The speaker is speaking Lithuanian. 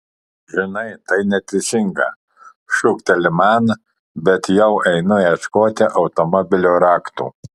žinai tai neteisinga šūkteli man bet jau einu ieškoti automobilio raktų